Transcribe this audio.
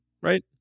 right